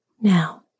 Now